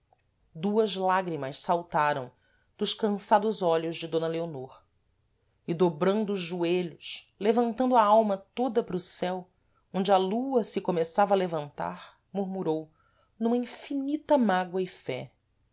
duas lágrimas saltaram dos cansados olhos de d leonor e dobrando os joelhos levantando a alma toda para o céu onde a lua se começava a levantar murmurou numa infinita mágoa e fé